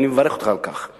ואני מברך אותך על כך,